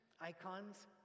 icons